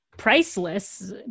priceless